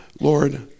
Lord